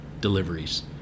deliveries